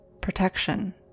protection